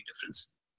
difference